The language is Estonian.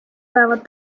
päevad